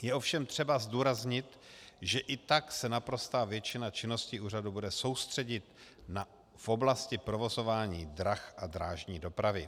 Je ovšem třeba zdůraznit, že i tak se naprostá většina činnosti úřadu bude soustředit v oblasti provozování drah a drážní dopravy.